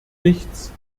nichts